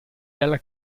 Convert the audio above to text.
dalla